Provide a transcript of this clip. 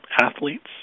athletes